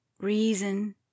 reason